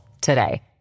today